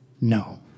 no